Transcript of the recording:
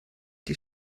die